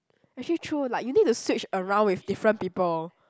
actually true like you need to switch around with different people